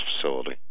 facility